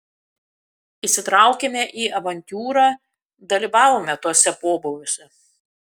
įsitraukėme į avantiūrą dalyvavome tuose pobūviuose